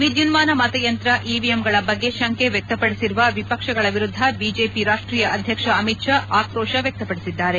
ವಿದ್ಯುನ್ನಾನ ಮತಯಂತ್ರ ಇವಿಎಂಗಳ ಬಗ್ಗೆ ಶಂಕೆ ವ್ಯಕ್ತಪಡಿಸಿರುವ ವಿಪಕ್ಷಗಳ ವಿರುದ್ದ ಬಿಜೆಪಿ ರಾಷ್ಷೀಯ ಅಧ್ಯಕ್ಷ ಅಮಿತ್ ಶಾ ಆಕ್ರೋಶ ವ್ಯಕ್ತಪಡಿಸಿದ್ದಾರೆ